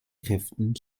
kräften